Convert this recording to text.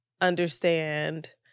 understand